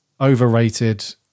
overrated